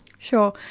Sure